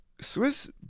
Swiss